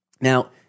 Now